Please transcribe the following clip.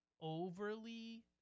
overly